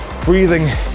breathing